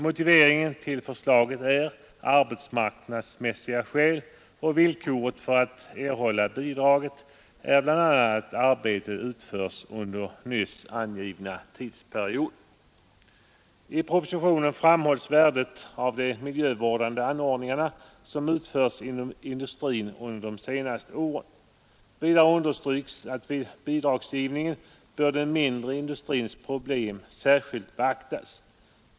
Motiveringen till förslaget är arbetsmarknadsmässiga skäl, och villkoret för att erhålla bidraget är bl.a. att arbetet utförs under nyss angivna tidsperiod. I propositionen framhålls värdet av de miljövårdande anordningar som utförts inom industrin under de senaste åren. Vidare understryks att vid bidragsgivningen bör den mindre industrins problem särskilt beaktas.